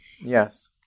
yes